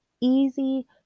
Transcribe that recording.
easy